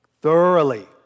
thoroughly